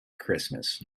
christmas